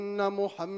Muhammad